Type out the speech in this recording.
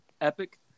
epic